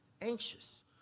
anxious